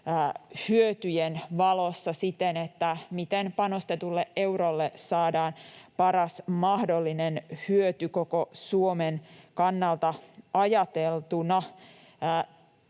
hyötyjen valossa siten, että miten panostetulle eurolle saadaan paras mahdollinen hyöty koko Suomen kannalta ajateltuna.